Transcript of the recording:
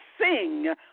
sing